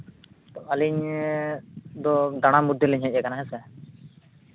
ᱟᱹᱞᱤᱧ ᱫᱚ ᱫᱟᱬᱟᱱ ᱢᱚᱫᱽᱫᱷᱮ ᱞᱤᱧ ᱦᱮᱡ ᱠᱟᱱᱟ ᱦᱮᱸ ᱥᱮ